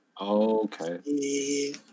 okay